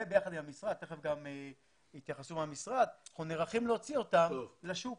וביחד עם המשרד אנחנו נערכים להוציא אותם לשוק